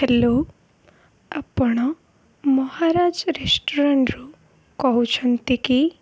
hello ଆପଣ ମହାରାଜ ରେଷ୍ଟୁରାଣ୍ଟ୍ରୁ କହୁଛନ୍ତି କି